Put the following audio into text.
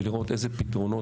ולראות איזה פתרונות,